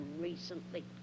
recently